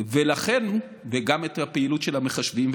וגם את הפעילות של המחשבים,